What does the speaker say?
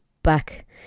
back